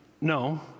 no